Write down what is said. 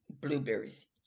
blueberries